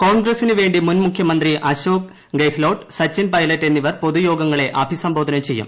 കോൺഗ്രസിനു വേണ്ടി മുൻ മുഖ്യമന്ത്രി അശോക് ഗെഹ്ലോട്ട് സച്ചിൻ പൈലറ്റ് എന്നിവർ പൊതുയോഗങ്ങളെ അഭിസംബോധന ചെയ്യും